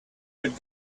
would